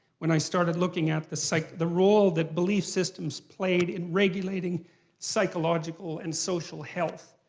when i started looking at the so like the role that belief systems played in regulating psychological and social health.